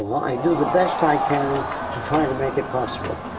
i do the best i can to try to make it possible.